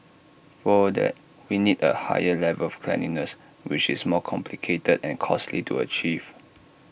for that we need A higher level of cleanliness which is more complicated and costly to achieve